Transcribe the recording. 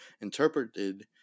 interpreted